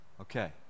Okay